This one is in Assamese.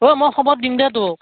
অঁ মই খবৰ দিম দে তোক